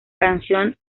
canción